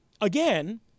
again